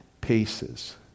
Paces